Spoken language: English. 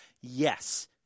Yes